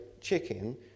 chicken